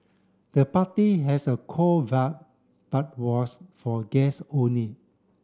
the party has a cool vibe but was for guest only